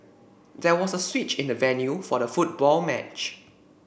there was a switch in the venue for the football match